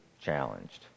challenged